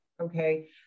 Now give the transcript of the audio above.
Okay